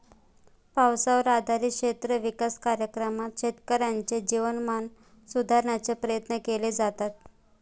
पावसावर आधारित क्षेत्र विकास कार्यक्रमात शेतकऱ्यांचे जीवनमान सुधारण्याचे प्रयत्न केले जातात